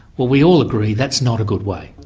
well we all agree that's not a good way.